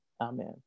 Amen